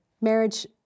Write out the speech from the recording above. marriage